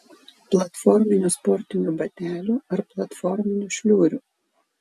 platforminių sportinių batelių ar platforminių šliurių